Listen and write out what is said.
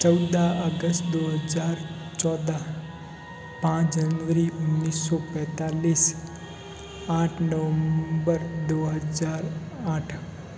चौदह अगस्त दो हज़ार चौदह पाँच जनवरी उन्निस सौ पैंतालीस आठ नवम्बर दो हज़ार आठ